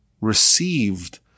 received